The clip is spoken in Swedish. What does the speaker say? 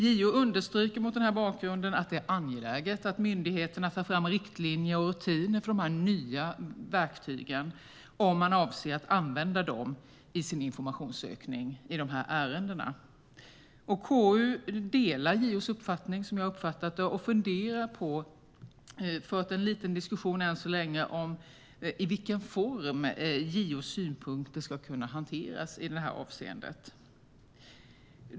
JO understryker mot den här bakgrunden att det är angeläget att myndigheterna tar fram riktlinjer och rutiner för dessa nya verktyg, om man avser att använda dem i sin informationssökning i de här ärendena. KU delar JO:s uppfattning, som jag uppfattat det, och har fört en liten diskussion än så länge om i vilken form JO:s synpunkter ska kunna hanteras i det här avseendet.